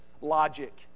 logic